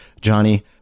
Johnny